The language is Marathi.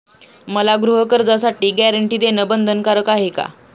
मला गृहकर्जासाठी गॅरंटी देणं बंधनकारक आहे का?